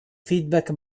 feedback